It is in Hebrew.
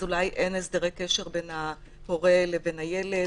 אולי אין הסדרי קשר בין ההורה לבין הילד,